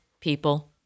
People